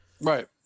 right